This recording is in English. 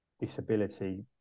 disability